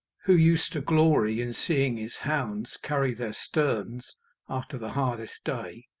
who used to glory in seeing his hounds carry their sterns after the hardest day,